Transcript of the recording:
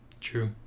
True